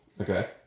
Okay